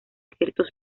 ciertos